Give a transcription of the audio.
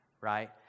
right